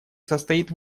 состоит